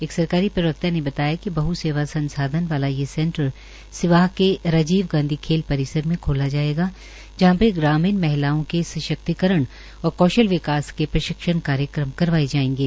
एक सरकारी प्रवक्ता ने बताया कि बह सेवा संसाधन वाला ये सेंट सिवाह के राजीव गांधी खेल परिसर में खोला जायेगा जहां पर ग्रामीण महिलाओं के सशक्तिकरण और कौशल विकास के प्रशिक्षण कार्यक्रम करवाये जायेंगे